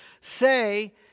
say